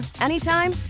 anytime